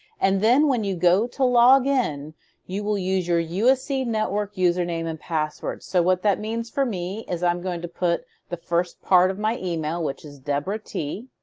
and then when you go to login, you will use your usc network username and password. so what that means for me is i'm going to put the first part of my email which is deboraht.